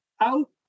out